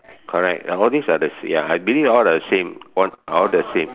correct ya all this are the same ya I believe all the same one all the same